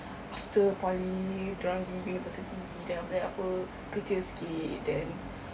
after poly dorang gi university then after that apa kerja sikit then